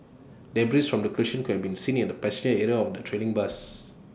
debris from the collision could be seen in the passenger area of the trailing bus